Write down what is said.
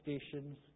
stations